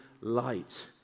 light